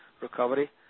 recovery